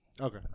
Okay